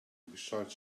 beside